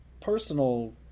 personal